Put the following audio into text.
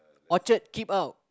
Orchard keep out